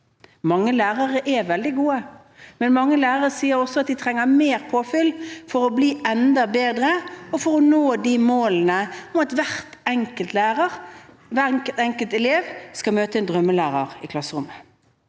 Mange lærere er veldig gode, men mange lærere sier også at de trenger mer påfyll for å bli enda bedre og for å nå målet om at hver enkelt elev skal møte en drømmelærer i klasserommet.